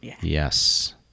Yes